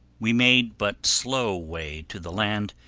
we made but slow way to the land,